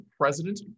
president